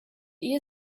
ihr